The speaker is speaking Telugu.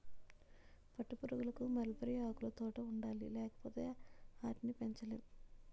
పట్టుపురుగులకు మల్బరీ ఆకులుతోట ఉండాలి లేపోతే ఆటిని పెంచలేము